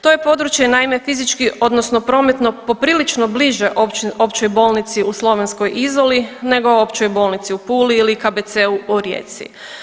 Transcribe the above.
To je područje, naime, fizički, odnosno prometno poprilično bliže općoj bolnici u slovenskoj Izoli nego Općoj bolnici u Puli ili KBC-u u Rijeci.